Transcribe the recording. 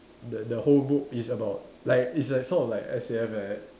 the the whole book is about like it's like sort like S_A_F like that